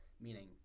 Meaning